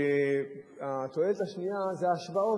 התועלת השנייה היא ההשוואות.